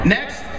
Next